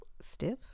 Stiff